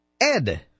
Ed